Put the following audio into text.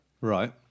Right